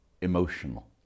emotional